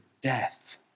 death